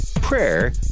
prayer